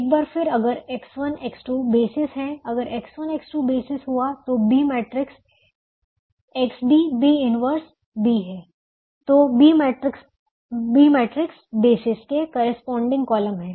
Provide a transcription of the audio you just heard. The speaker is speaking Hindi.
एक बार फिर अगर X1 X2 बेसिस है अगर X1 X2 बेसिस हुआ तो B matrix XB B 1 B है तो B मैट्रिक्स बेसिस के करेस्पॉन्डइंग कॉलम हैं